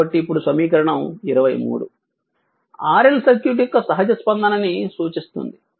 కాబట్టి ఇప్పుడు సమీకరణం 23 RL సర్క్యూట్ యొక్క సహజ ప్రతిస్పందన ని సూచిస్తుంది